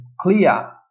clear